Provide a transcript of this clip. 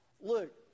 Look